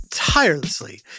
Tirelessly